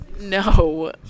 No